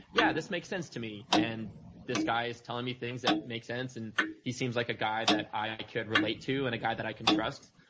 yeah this make sense to me and this guy is telling me things that make sense and he seems like a guy that i can relate to and a guy that i can trust.